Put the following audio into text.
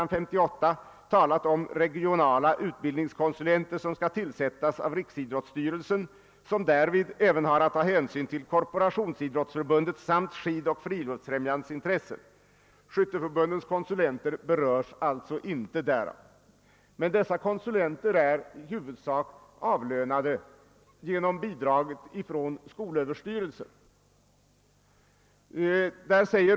På s. 58 i propositionen står det: »Regionala utbildningskonsulenter bör således tillsättas av riksidrottsstyrelsen, som därvid även har att ta hänsyn till korporationsidrottsförbundets samt skidoch friluftsfrämjandets intressen.« Skytteförbundens konsulenter berörs alltså inte därav. Men dessa konsulenter är i huvudsak avlönade med bidrag från skolöverstyrelsen och landstingen.